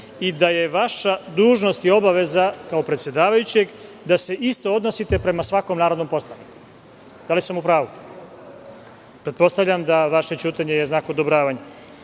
i da je vaša dužnost i obaveza, kao predsedavajućeg, da se isto odnosite prema svakom narodnom poslaniku. Da li sam u pravu? Pretpostavljam da je vaše ćutanje znak odobravanja. Član